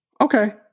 Okay